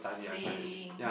seeing